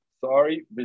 sorry